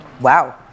Wow